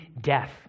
death